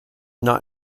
not